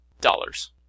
dollars